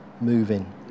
moving